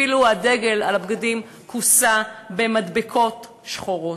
אפילו הדגל על הבגדים כוסה במדבקות שחורות.